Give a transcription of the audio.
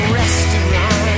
restaurant